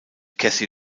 casey